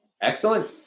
excellent